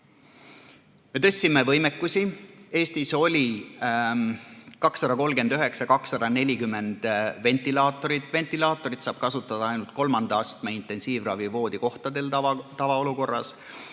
Me tõstsime võimekust. Eestis oli 239 või 240 ventilaatorit. Ventilaatorit saab kasutada ainult kolmanda astme intensiivravi voodikohtadel tavaolukorras.